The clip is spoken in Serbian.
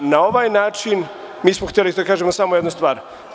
Na ovaj način mi smo hteli da kažemo samo jednu stvar.